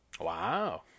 Wow